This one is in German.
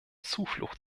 zuflucht